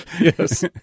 Yes